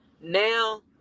now